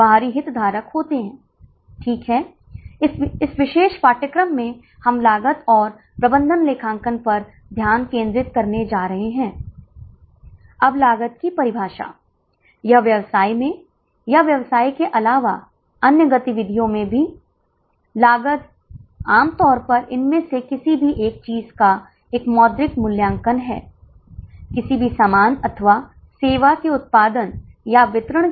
तो यह 17268 आती है निश्चित लागत अपरिवर्तित है इसलिए यह 12000 है कुल लागत 42228 है और अब औसत लागत आपदेख सकते हैं कि औसत लागत में गिरावट आई है यह 3519 है